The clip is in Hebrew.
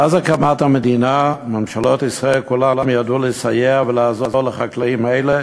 מאז הקמת המדינה ממשלות ישראל כולן ידעו לסייע ולעזור לחקלאים האלה